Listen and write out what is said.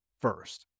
first